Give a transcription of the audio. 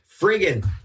friggin